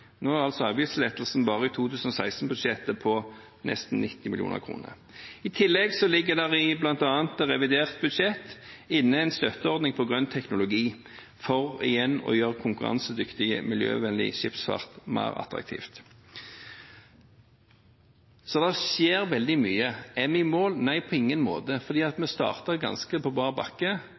Nå er altså avgiftslettelsen bare i 2016-budsjettet på nesten 90 mill. kr. I tillegg ligger det i revidert budsjett bl.a. en støtteordning for grønn teknologi for igjen å gjøre konkurransedyktig, miljøvennlig skipsfart mer attraktiv. Det skjer veldig mye. Er vi i mål? Nei, på ingen måte, for vi startet på ganske bar bakke,